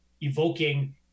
evoking